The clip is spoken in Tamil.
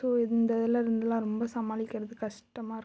ஸோ இந்ததுலருந்துலாம் ரொம்ப சமாளிக்றது கஷ்டமாக இருக்கும்